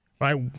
Right